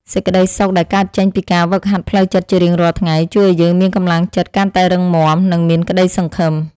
សេចក្តីសុខដែលកើតចេញពីការហ្វឹកហាត់ផ្លូវចិត្តជារៀងរាល់ថ្ងៃជួយឱ្យយើងមានកម្លាំងចិត្តកាន់តែរឹងមាំ និង មានក្តីសង្ឃឹម។